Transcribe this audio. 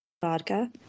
vodka